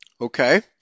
Okay